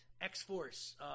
X-Force